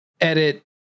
edit